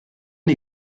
dir